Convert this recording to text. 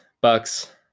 Bucks